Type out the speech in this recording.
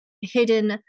hidden